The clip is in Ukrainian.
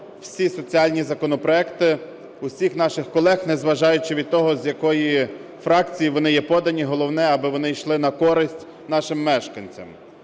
всі соціальні законопроекти всіх наших колег, незважаючи від того, з якої фракції вони є подані, головне, аби вони йшли на користь нашим мешканцям.